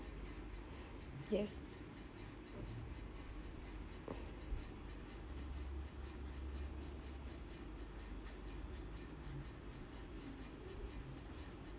yes